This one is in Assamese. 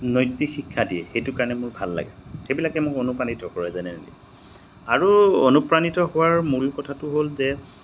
নৈতিক শিক্ষা দিয়ে সেইটো কাৰণে মোৰ ভাল লাগে সেইবিলাকে মোক অনুপ্ৰাণিত কৰে জেনেৰেলি আৰু অনুপ্ৰাণিত হোৱাৰ মূল কথাটো হ'ল যে